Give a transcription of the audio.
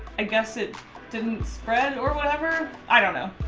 i guess it didn't spread or whatever. i don't know.